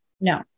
No